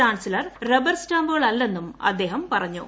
chancellor rubber സ്റ്റാമ്പുകളല്ലെന്നും അദ്ദേഹം പറഞ്ഞു